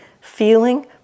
feeling